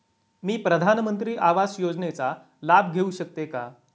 मी प्रधानमंत्री आवास योजनेचा लाभ घेऊ शकते का?